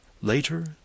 later